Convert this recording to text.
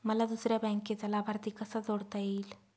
मला दुसऱ्या बँकेचा लाभार्थी कसा जोडता येईल?